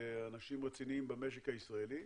מהנושא הזה לאנשים רציניים במשק הישראלי,